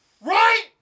Right